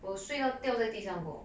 我睡到掉在地上过